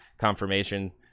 confirmation